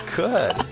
good